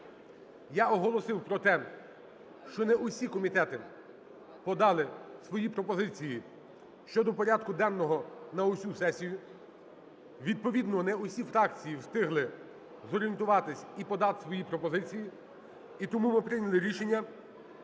я оголосив про те, що не усі комітети подали свої пропозиції щодо порядку денного на усю сесію. Відповідно не усі фракції встигли зорієнтуватися і подати свої пропозиції, і тому ми прийняли рішення